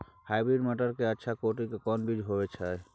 Hybrid मटर के अच्छा कोटि के कोन बीज होय छै?